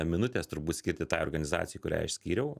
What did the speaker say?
minutės turbūt skirti tai organizacijai kuriai aš skyriau